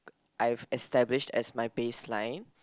I've established as my baseline